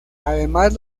además